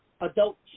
adult